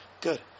good